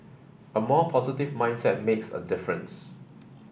a more positive mindset makes a difference